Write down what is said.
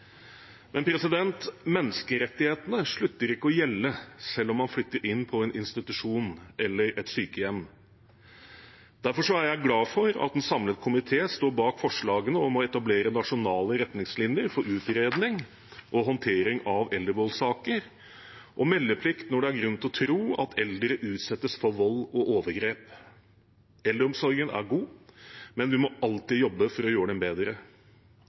Men menneskerettighetene slutter ikke å gjelde selv om man flytter inn på en institusjon eller et sykehjem. Derfor er jeg glad for at en samlet komité står bak forslagene om å etablere nasjonale retningslinjer for utredning og håndtering av eldrevoldssaker og om meldeplikt når det er grunn til å tro at eldre utsettes for vold og overgrep. Eldreomsorgen er god, men vi må alltid jobbe for å gjøre den bedre.